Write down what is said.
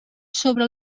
sobre